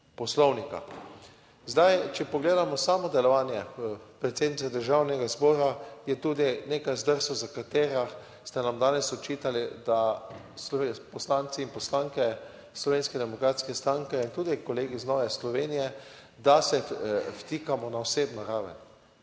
Poslovnika. Zdaj, če pogledamo samo delovanje predsednice Državnega zbora, je tudi nekaj zdrsov, za katere ste nam danes očitali, da so poslanci in poslanke Slovenske demokratske stranke in tudi kolegi iz Nove Slovenije, da se vtikamo na osebno raven.